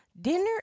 dinner